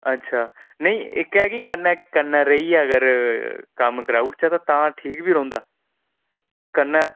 अच्छा नेईं इक ऐ कि कन्नै कन्नै रेहियै अगर कम्म कराई ओड़चै तां ठीक बी रौंह्दा कन्नै